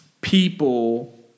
people